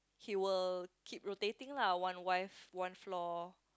he will keep rotating lah one wife one floor